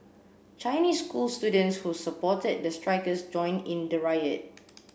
Chinese school students who supported the strikers joined in the riot